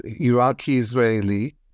Iraqi-Israeli